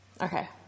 Okay